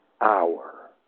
hour